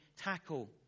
tackle